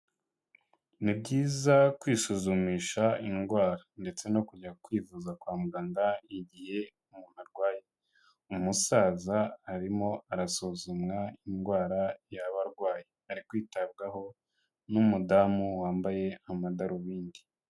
Ni byiza kwisuzumisha indwara ndetse no kujya kwivuza kwa muganga igihe umuntu arwaye, umusaza arimo arasuzumwa indwara yaba arwaye, ari kwitabwaho n'umudamu wambaye amadarubindi.